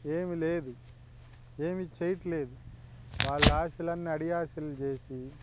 ఏమి లేదు ఏమి చేయట్లేదు వాళ్ళ ఆశలన్న అడియాశలు చేసి